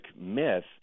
myth